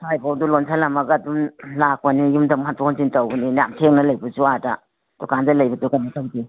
ꯁ꯭ꯋꯥꯏꯐꯥꯎꯗ ꯂꯣꯟꯁꯜꯂꯝꯃꯒ ꯑꯗꯨꯝ ꯂꯥꯛꯄꯅꯦ ꯌꯨꯝꯗ ꯑꯃꯨꯛ ꯍꯟꯗꯣꯛ ꯍꯟꯖꯤꯟ ꯇꯧꯕꯅꯤ ꯌꯥꯝ ꯊꯦꯡꯅ ꯂꯩꯕꯁꯨ ꯑꯥꯗ ꯗꯨꯀꯥꯟꯗ ꯂꯩꯕꯗꯨ ꯀꯩꯅꯣ ꯇꯧꯗꯦ